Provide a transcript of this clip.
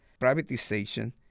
privatization